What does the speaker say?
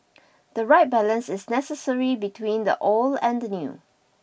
the right balance is necessary between the old and the new